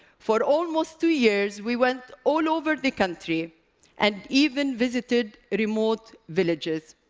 for almost two years, we went all over the country and even visited remote villages.